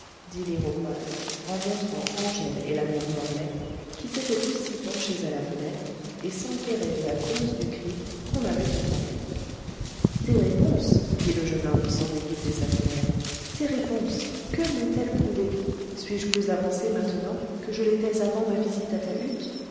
dit l'iroquoise en montrant angèle et la mère morlaix qui s'étaient aussi penchées à la fenêtre et s'enquéraient de la cause du cri qu'on avait entendu tes réponses dit le jeune homme sans déguiser sa colère tes réponses que m'ont-elles prouvé suis-je plus avancé maintenant que je l'étais avant ma visite à ta hutte